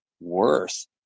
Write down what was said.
worth